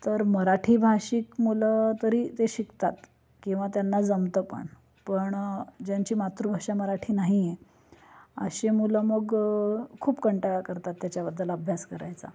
तर मराठी भाषिक मुलं तरी ते शिकतात किंवा त्यांना जमतं पण पण ज्यांची मातृभाषा मराठी नाही आहे असे मुलं मग खूप कंटाळा करतात त्याच्याबद्दल अभ्यास करायचा